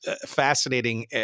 fascinating